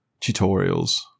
tutorials